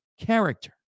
character